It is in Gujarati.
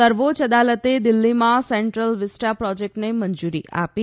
સર્વોચ્ય અદાલતે દિલ્ફીમાં સેન્ટ્રલ વિસ્ટા પ્રોજેકટને મંજુરી આપી